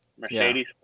Mercedes